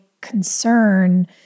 concern